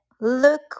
look